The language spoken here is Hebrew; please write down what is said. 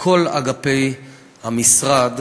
בכל אגפי המשרד.